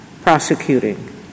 prosecuting